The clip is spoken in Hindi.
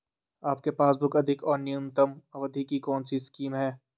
आपके पासबुक अधिक और न्यूनतम अवधि की कौनसी स्कीम है?